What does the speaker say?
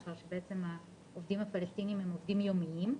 מאחר שהעובדים הפלסטינים הם עובדים יומיים.